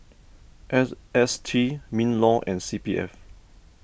S S T MinLaw and C P F